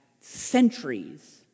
centuries